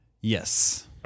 Yes